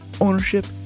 Ownership